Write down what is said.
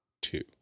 two